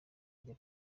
ajya